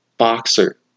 boxer